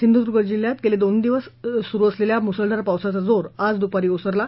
सिंधूदूर्ग जिल्ह्यात गेले तीन दिवस सुरु असलेल्या मुसळधार पावसाचा जोर आज दुपारी ओसरला